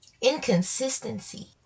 inconsistency